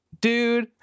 dude